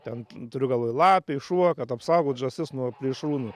ten turiu galvoj lapė šuo kad apsaugot žąsis nuo plėšrūnų